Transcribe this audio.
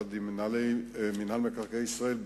יחד עם מנהלי מינהל מקרקעי ישראל,